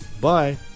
Bye